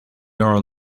are